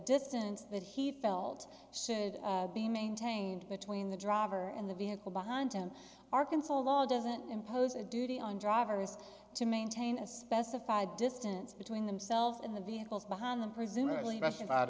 distance that he felt should be maintained between the driver and the vehicle behind him arkansas law doesn't impose a duty on drivers to maintain a specified distance between themselves and the vehicles behind the presumably best of out